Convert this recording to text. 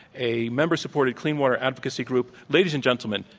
a member-supported clean water advocacy group. ladies and gentleman,